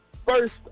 First